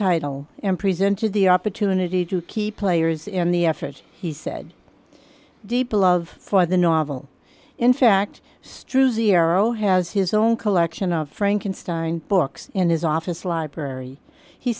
title and presented the opportunity to keep players in the effort he said deep love for the novel in fact strew zero has his own collection of frankenstein books in his office library he